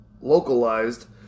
localized